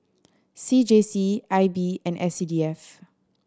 C J C I B and S C D F